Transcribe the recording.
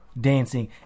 Dancing